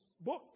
books